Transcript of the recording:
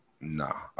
nah